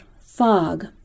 fog